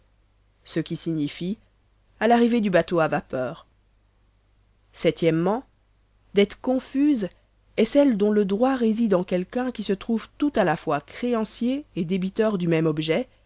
ce qui signifie à l'arrivée du bateau à vapeur o dette confuse est celle dont le droit réside en quelqu'un qui se trouve tout à-la-fois créancier et débiteur du même objet